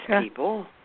people